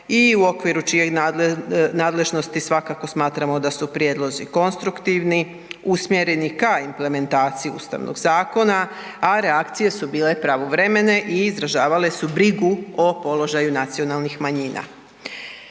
i u okviru čije nadležnosti svakako smatramo da su prijedlozi konstruktivni, usmjereni ka implementaciji Ustavnog zakona, a reakcije su bile pravovremene i izražavale su brigu o položaju nacionalnih manjina.